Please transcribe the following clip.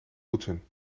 poetsen